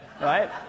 right